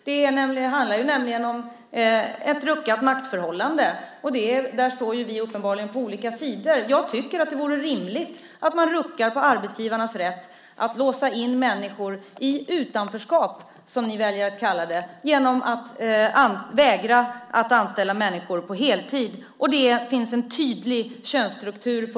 Det handlar ju nämligen om ett ruckat maktförhållande, och där står vi uppenbarligen på olika sidor. Jag tycker att det vore rimligt att man ruckade på arbetsgivarnas rätt att låsa in människor i utanförskap, som ni väljer att kalla det, genom att vägra att anställa människor på heltid. Det finns en tydlig könsstruktur.